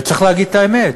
וצריך להגיד את האמת.